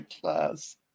class